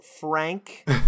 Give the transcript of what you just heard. Frank